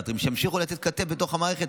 שימשיכו לתת כתף בתוך המערכת,